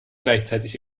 gleichzeitig